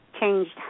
changed